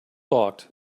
balked